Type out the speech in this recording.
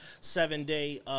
seven-day